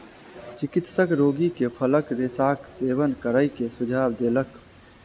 चिकित्सक रोगी के फलक रेशाक सेवन करै के सुझाव देलक